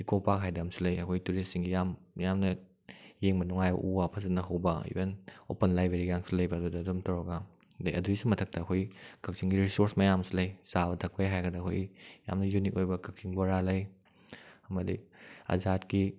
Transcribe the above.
eco park ꯍꯥꯏꯗꯅ ꯑꯃꯁꯨ ꯂꯩ ꯑꯩꯈꯣꯏ ꯇꯨꯔꯤꯁꯁꯤꯡꯒꯤ ꯌꯥꯝ ꯃꯤꯌꯥꯝꯅ ꯌꯦꯡꯕ ꯅꯨꯡꯉꯥꯏꯕ ꯎ ꯋꯥ ꯐꯖꯅ ꯍꯧꯕ ꯏꯕꯟ ꯑꯣꯄꯟ ꯂꯥꯏꯕ꯭ꯔꯦꯔꯤꯒꯁꯨ ꯂꯩꯕ ꯑꯗꯨꯗ ꯑꯗꯨꯝ ꯇꯧꯔꯒ ꯑꯗꯨꯗꯩ ꯑꯗꯨꯒꯤꯁꯨ ꯃꯊꯛꯇ ꯑꯩꯈꯣꯏꯒꯤ ꯀꯛꯆꯤꯡꯒꯤ ꯔꯤꯁꯣꯔꯁ ꯃꯌꯥꯝ ꯑꯃꯁꯨ ꯂꯩ ꯆꯥꯕ ꯊꯛꯄꯒꯤ ꯍꯥꯏꯔꯒꯅ ꯑꯩꯈꯣꯏꯒꯤ ꯌꯥꯝꯅ ꯌꯨꯅꯤꯛ ꯑꯣꯏꯕ ꯀꯥꯛꯆꯤꯡ ꯕꯣꯔꯥ ꯂꯩ ꯑꯃꯗꯤ ꯑꯓꯥꯗꯀꯤ